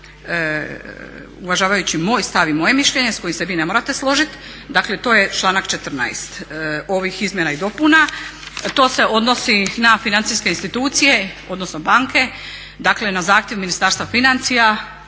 uvažavajući moj stav i moje mišljenje s kojim se vi ne morate složiti. Dakle, to je članak 14. ovih izmjena i dopuna. To se odnosi na financijske institucije, odnosno banke. Dakle, na zahtjev Ministarstva financija